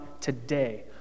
today